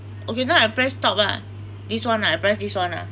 okay now I press stop ah this one ah I press this one ah